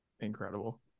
Incredible